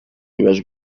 nuage